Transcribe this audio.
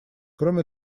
кроме